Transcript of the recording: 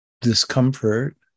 discomfort